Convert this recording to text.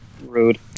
Rude